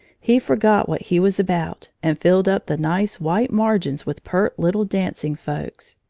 he forgot what he was about and filled up the nice, white margins with pert little dancing folks.